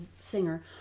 singer